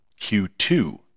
Q2